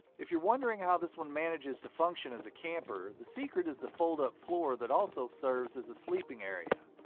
if you're wondering how this one manages to function as a camper, the secret is the fold-up floor that also serves as a sleeping area.